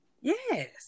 yes